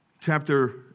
chapter